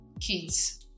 kids